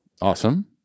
awesome